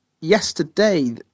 yesterday